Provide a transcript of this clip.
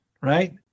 right